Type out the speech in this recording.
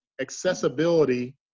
accessibility